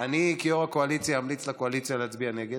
אני כיו"ר הקואליציה אמליץ לקואליציה להצביע נגד,